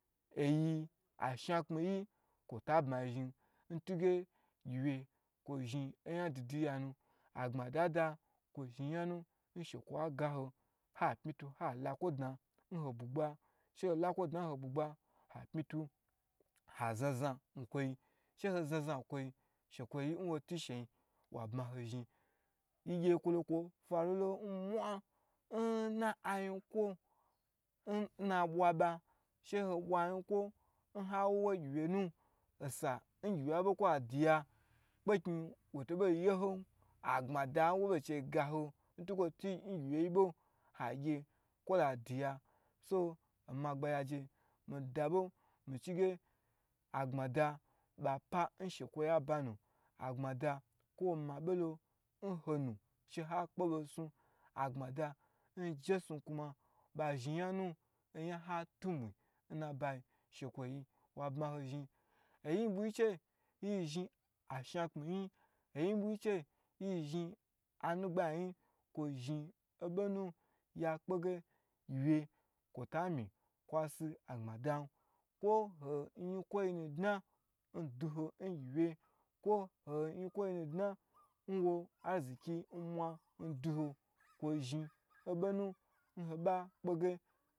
Oyi ashana kpni yi kwo ta bma yizhin ntuge gyiwye kwo zhi oyan dudu yi yanu nshekwoyi agawo ha pmi tu hala kwotu nhobugba she ho lakwo dna nho bugba ha zna zna she ho zna zna nkwo shekwoyi nwo tu nsheyin yin wabma hozhin n na ayikwo n na abwa ba she ho bwa yin kwo n ha wuwo gyi wyu nu n osa be kwadi ya kpekni wo to bei ye ho abgma da wobei chei ga ho ntukwo two na gyiwye yi bo, so oma gbagyi aje mi da bo mi chi ge agbma da ba pa nshekway abanu, agbmada kwo ma bo lo nhonu she ha kpe be nsu agbma da njesnu kuma ba zhi nyanu oya ha tumu n na bayi shekwoyi kwa bmaho zho, oyi bwi gyi che nyi zhi ashakpe yiyin, oyi bwi gyi che nyi zhin anugbayi yin kwo zhin obonu ya kpege gyiwge kwota mi kwa si agbma dan kwo hoyi nyi kwoyi nu dna nwo aziki mwa ndu ho ko zhi, obonu nhoba kpege.